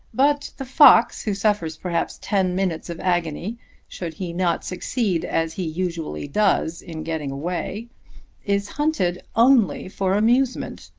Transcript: but the fox who suffers perhaps ten minutes of agony should he not succeed as he usually does in getting away is hunted only for amusement!